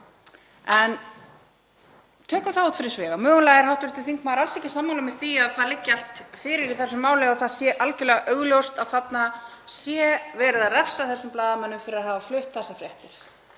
En tökum það út fyrir sviga. Mögulega er hv. þingmaður alls ekki sammála mér um að það liggi allt fyrir í þessu máli og að það sé algerlega augljóst að þarna sé verið að refsa þessum blaðamönnum fyrir að hafa flutt þessar fréttir